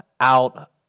out